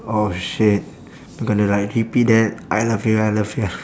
oh shit I'm gonna like repeat that I love you I love you I